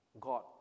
God